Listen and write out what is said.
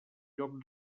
lloc